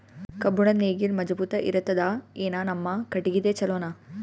ಕಬ್ಬುಣದ್ ನೇಗಿಲ್ ಮಜಬೂತ ಇರತದಾ, ಏನ ನಮ್ಮ ಕಟಗಿದೇ ಚಲೋನಾ?